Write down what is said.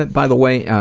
but by the way,